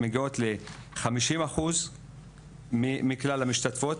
ל-50 אחוז מכלל למשתתפות.